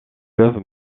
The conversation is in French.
fleuve